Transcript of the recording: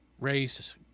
race